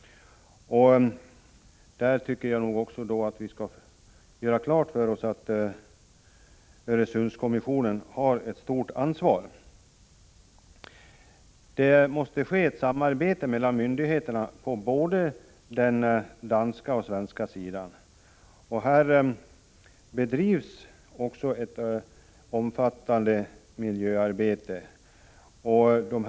På den punkten tycker jag nog att Öresundskommissionen har ett stort ansvar, det skall vi göra klart för oss. Det måste ske ett samarbete mellan myndigheterna på både den danska och den svenska sidan. Ett omfattande miljöarbete bedrivs också.